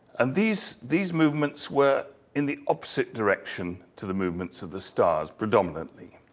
and these these movements were in the opposite direction to the movements of the stars predominantly.